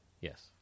yes